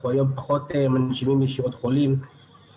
אנחנו היום פחות מנשימים ישירות חולים,